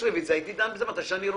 הייתי דן בזה מתי שאני רוצה.